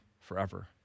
forever